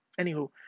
Anywho